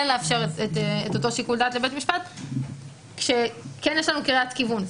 לאפשר את אותו שיקול דעת לבית משפט כאשר כן יש לנו קריאת כיוון.